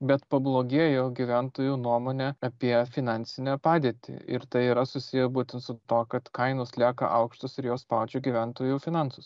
bet pablogėjo gyventojų nuomonė apie finansinę padėtį ir tai yra susiję būtent su tuo kad kainos lieka aukštos ir jos spaudžia gyventojų finansus